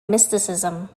mysticism